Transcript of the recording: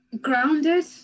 grounded